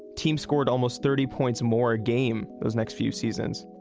teams scored almost thirty points more a game those next few seasons.